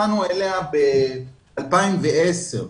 התקשוב ב-2010.